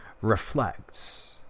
reflects